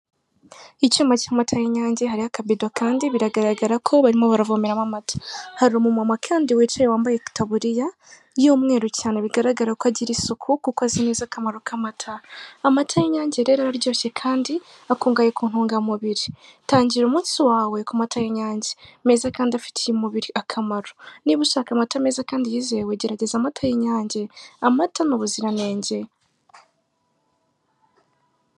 Icyuma cy'amata y'inyange hariho akabido kandi biragaragara ko barimo baravomeramo amata, hari umumama kandi wicaye wambaye itaburiya y'umweru cyane bigaragara ko agira isuku kuko azi neza akamaro k'amata, amata y'inyange rero araryoshye kandi akungahaye ku ntungamubiri, tangira umunsi wawe ku mata y'inyange, meza kandi afitiye umubiri akamaro, niba ushaka amata meza kandi yizewe gerageza amata y'inyange. Amata ni ubuzirantenge.